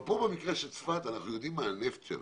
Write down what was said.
אבל פה, במקרה של צפת, אנחנו יודעים מה הנפט שלה.